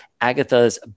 Agatha's